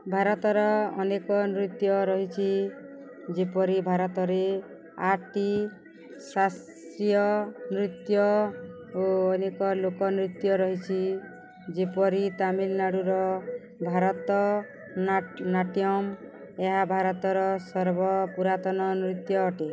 ଭାରତର ଅନେକ ନୃତ୍ୟ ରହିଛି ଯେପରି ଭାରତରେ ଶାସ୍ତ୍ରୀୟ ନୃତ୍ୟ ଓ ଅନେକ ଲୋକନୃତ୍ୟ ରହିଛି ଯେପରି ତାମିଲନାଡ଼ୁର ଭାରତ ନାଟ୍ୟମ ଏହା ଭାରତର ସର୍ବପୁରାତନ ନୃତ୍ୟ ଅଟେ